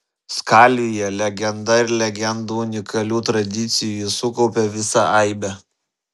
skalvija legenda ir legendų unikalių tradicijų ji sukaupė visą aibę